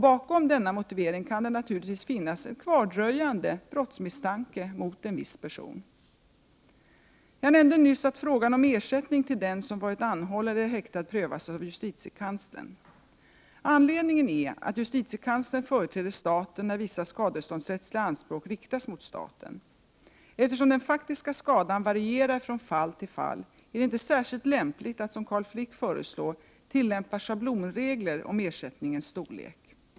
Bakom denna motivering kan det naturligtvis finnas en kvardröjande brottsmisstanke mot en viss person. Jag nämnde nyss att frågan om ersättning till den som varit anhållen eller häktad prövas av justitiekanslern. Anledningen är att justitiekanslern företräder staten när vissa skadeståndsrättsliga anspråk riktas mot staten. Eftersom den faktiska skadan varierar från fall till fall är det inte särskilt lämpligt att, som Carl Frick föreslår, tillämpa schablonregler om ersättningens storlek.